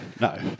no